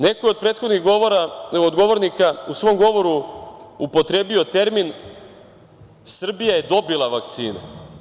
Neko je od prethodnih govornika u svom govoru upotrebio termin – Srbija je dobila vakcine.